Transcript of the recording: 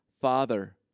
Father